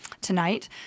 tonight